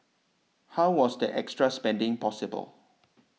how was the extra spending possible